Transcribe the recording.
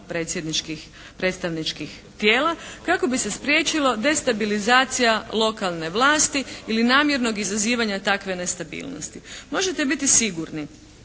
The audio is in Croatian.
predstavničkih tijela kako bi se spriječila destabilizacija lokalne vlasti ili namjernog izazivanja takve nestabilnosti. Možete biti sigurni,